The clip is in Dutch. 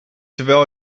terwijl